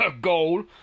Goal